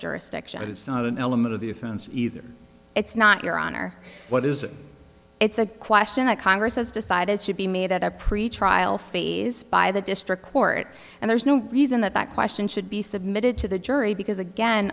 jurisdiction it's not an element of the offense either it's not your honor what is it it's a question that congress has decided should be made at a pretrial phase by the district court and there's no reason that that question should be submitted to the jury because again